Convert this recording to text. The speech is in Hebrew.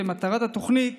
ומטרת התוכנית